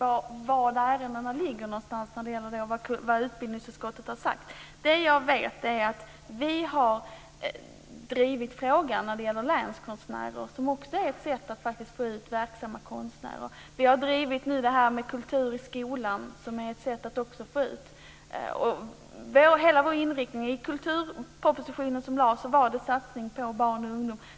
Fru talman! Jag är inte helt insatt i var någonstans ärendena ligger när det gäller vad utbildningsutskottet har sagt. Det jag vet är att vi har drivit frågan om länskonstnärer, som också är ett sätt att få ut verksamma konstnärer. Vi har drivit projektet kultur i skolan, som också är ett sätt att få ut kulturen. Den kulturproposition som lades fram inriktades på en satsning på barn och ungdom.